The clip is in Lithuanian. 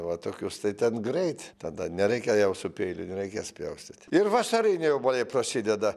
va tokius tai ten greit tada nereikia jau su peiliu nereikės pjaustyt ir vasariniai obuoliai prasideda